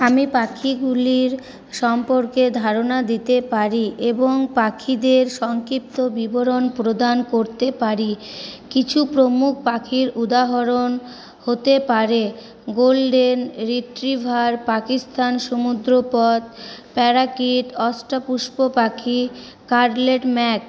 আমি পাখিগুলির সম্পর্কে ধারণা দিতে পারি এবং পাখিদের সংক্ষিপ্ত বিবরণ প্রদান করতে পারি কিছু প্রমুখ পাখির উদাহরণ হতে পারে গোল্ডেন রিট্রিভার পাকিস্তান সমুদ্রপথ প্যারাকিট অস্টাপুষ্প পাখি কটক ম্যাক